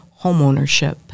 homeownership